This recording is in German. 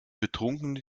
betrunkene